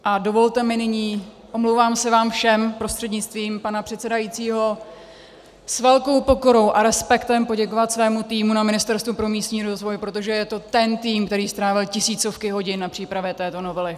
A dovolte mi nyní, omlouvám se vám všem prostřednictvím pana předsedajícího, s velkou pokorou a respektem poděkovat svému týmu na Ministerstvu pro místní rozvoj, protože je to ten tým, který strávil tisícovky hodin na přípravě této novely.